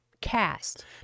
cast